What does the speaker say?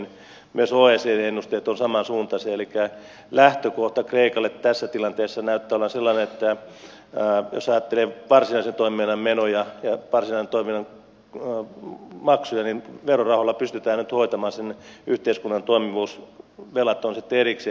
myös oecdn ennusteet ovat samansuuntaisia elikkä lähtökohta kreikalle tässä tilanteessa näyttää olevan sellainen että jos ajattelee varsinaisen toiminnan menoja ja varsinaisen toiminnan maksuja niin verorahoilla pystytään nyt hoitamaan sen yhteiskunnan toimivuus velat ovat sitten erikseen